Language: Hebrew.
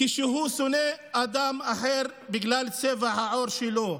כשהוא שונא אדם אחר בגלל צבע העור שלו.